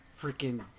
freaking